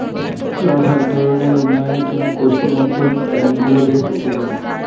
জনসাধারণের উন্নয়নের জন্য গোষ্ঠী বর্ধন ব্যাঙ্ক গুলো বেশ উপকারী